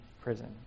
prison